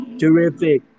terrific